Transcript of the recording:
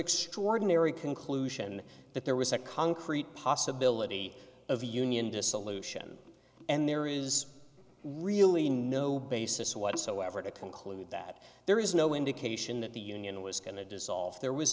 extraordinary conclusion that there was a concrete possibility of a union dissolution and there is really no basis whatsoever to conclude that there is no indication that the union was going to dissolve there was